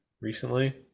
recently